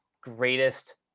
greatest